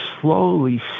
slowly